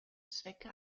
zwecke